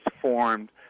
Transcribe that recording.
formed